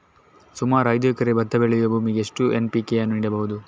ಸುಮಾರು ಐದು ಎಕರೆ ಭತ್ತ ಬೆಳೆಯುವ ಭೂಮಿಗೆ ಎಷ್ಟು ಎನ್.ಪಿ.ಕೆ ಯನ್ನು ನೀಡಬಹುದು?